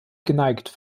geneigt